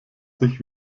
sich